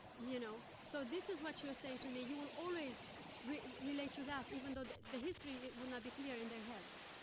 you know? so, this is what she was saying to me you will always relate to that, even though the the history will not be clear in their heads.